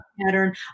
pattern